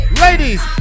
ladies